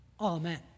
Amen